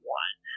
one